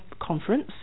conference